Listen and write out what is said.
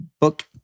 book